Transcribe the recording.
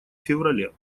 феврале